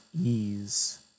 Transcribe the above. ease